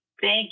Thank